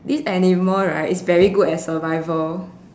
this animal right is very good at survival